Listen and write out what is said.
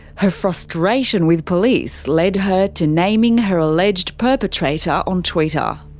her frustration with police led her to naming her alleged perpetrator on twitter.